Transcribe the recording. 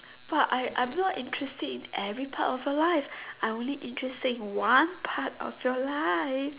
but I'm I'm not interested in every part of your life I'm only interested in one part of your life